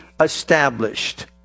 established